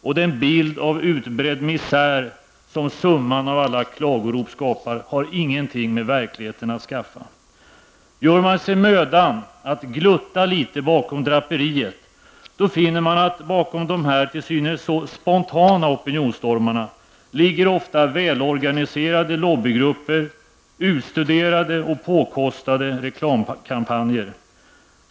Och den bild av utbredd misär som summan av alla klagorop skapar har ingenting med verkligheten att skaffa. Om man gör sig mödan att glutta litet bakom draperiet, finner man att det bakom dessa till synes så ''spontana'' opinionsstormar ofta ligger välorganiserade lobbygrupper och utstuderade och påkostade reklamkampanjer.